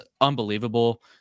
unbelievable